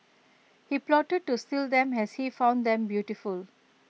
he plotted to steal them as he found them beautiful